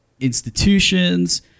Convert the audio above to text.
institutions